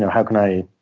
how can i